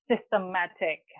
systematic